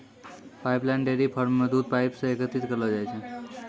pipeline dairy farm म दूध pipe सें एकत्रित करलो जाय छै